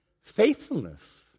Faithfulness